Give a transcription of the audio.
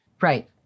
Right